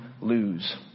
lose